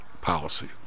policy